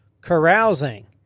carousing